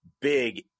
big